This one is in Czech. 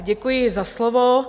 Děkuji za slovo.